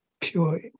pure